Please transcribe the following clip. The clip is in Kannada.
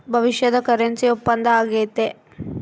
ಭವಿಷ್ಯದ ಕರೆನ್ಸಿ ಒಪ್ಪಂದ ಆಗೈತೆ